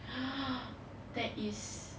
that is